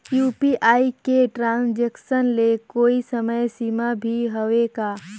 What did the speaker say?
UPI के transaction ले कोई समय सीमा भी हवे का?